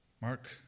Mark